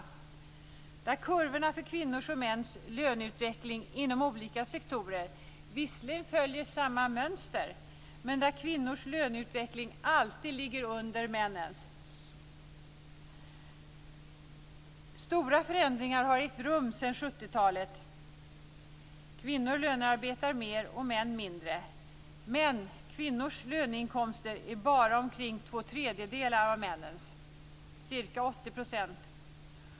Enligt den följer visserligen kurvorna för kvinnors och mäns löneutveckling inom olika sektorer samma mönster, men kvinnors löneutveckling ligger alltid under männens. Stora förändringar har ägt rum sedan 70-talet. Kvinnor lönearbetar mer och män mindre. Men kvinnors löneinkomster är bara omkring två tredjedelar av männens.